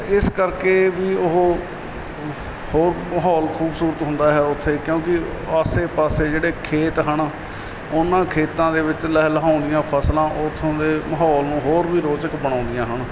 ਇਸ ਕਰਕੇ ਵੀ ਉਹ ਹੋਰ ਮਾਹੌਲ ਖੂਬਸੂਰਤ ਹੁੰਦਾ ਹੈ ਉੱਥੇ ਕਿਉਂਕਿ ਆਸੇ ਪਾਸੇ ਜਿਹੜੇ ਖੇਤ ਹਨ ਉਹਨਾਂ ਖੇਤਾਂ ਦੇ ਵਿੱਚ ਲਹਿ ਲਹਾਉਂਦੀਆਂ ਫਸਲਾਂ ਉੱਥੋਂ ਦੇ ਮਾਹੌਲ ਨੂੰ ਹੋਰ ਵੀ ਰੌਚਕ ਬਣਾਉਂਦੀਆਂ ਹਨ